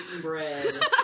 bread